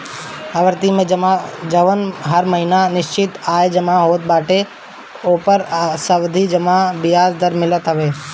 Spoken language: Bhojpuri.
आवर्ती जमा में जवन हर महिना निश्चित आय जमा होत बाटे ओपर सावधि जमा बियाज दर मिलत हवे